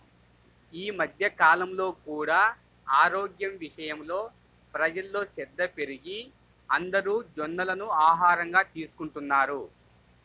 ఈ మధ్య కాలంలో కూడా ఆరోగ్యం విషయంలో ప్రజల్లో శ్రద్ధ పెరిగి అందరూ జొన్నలను ఆహారంగా తీసుకుంటున్నారు